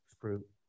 fruit